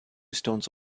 stones